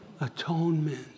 Atonement